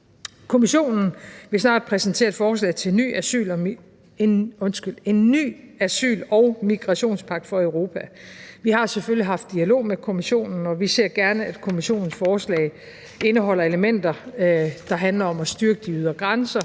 Kommissionen vil snart præsentere et forslag til en ny asyl- og migrationspakke for Europa. Vi har selvfølgelig haft dialog med Kommissionen, og vi ser gerne, at Kommissionens forslag indeholder elementer, der handler om at styrke de ydre grænser,